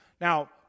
Now